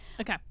Okay